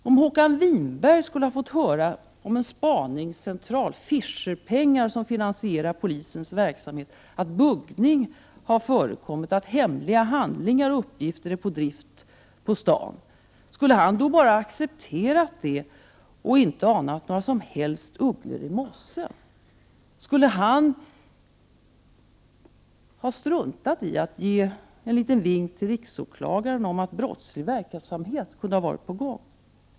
Om Håkan Winberg skulle ha fått höra om en spaningscentral, om Fischerpengar som finansierar polisens verksamhet, om att buggning förekommit och att hemliga handlingar och uppgifter är på drift på stan, skulle han då bara ha accepterat detta och inte alls anat ugglor i mossen? Skulle han ha struntat i att ge en liten vink till riksåklagaren om att brottslig verksamhet kunde ha begåtts?